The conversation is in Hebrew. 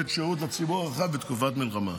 לתת שירות לציבור הרחב בתקופת מלחמה,